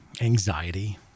Anxiety